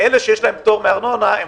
יש לך 100. בסדר,